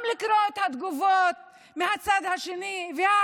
עשינו את זה במהלכים ארוכים ועיקשים.